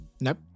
Nope